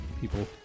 people